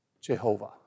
Jehovah